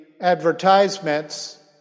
advertisements